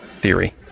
theory